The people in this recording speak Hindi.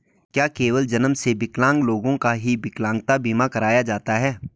क्या केवल जन्म से विकलांग लोगों का ही विकलांगता बीमा कराया जाता है?